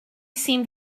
seemed